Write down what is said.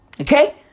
Okay